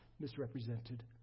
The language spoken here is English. misrepresented